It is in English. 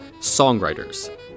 songwriters